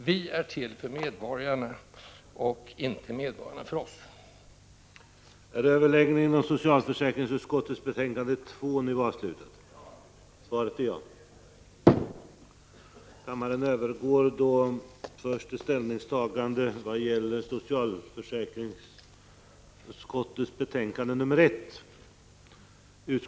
Vi är till för medborgarna och inte medborgarna till för oss!